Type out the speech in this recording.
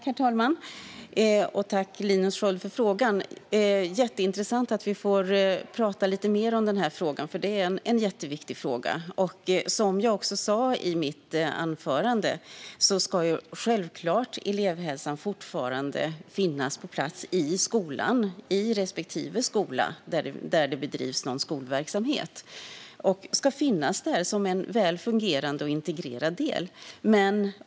Herr talman! Tack, Linus Sköld, för frågan! Det är jätteintressant att vi får tala lite mer om denna fråga, för det är en jätteviktig fråga. Som jag sa i mitt anförande ska elevhälsan självklart fortfarande finnas på plats i skolan - i respektive skola där det bedrivs skolverksamhet. Den ska finnas där som en väl fungerande och integrerad del.